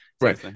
Right